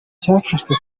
cyafashwe